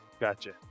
gotcha